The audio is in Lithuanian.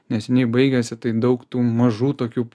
neseniai baigėsi tai daug tų mažų tokių